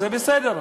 זה בסדר.